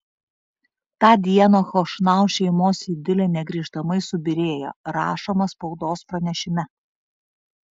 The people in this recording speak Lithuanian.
tą dieną chošnau šeimos idilė negrįžtamai subyrėjo rašoma spaudos pranešime